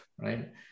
right